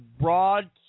broad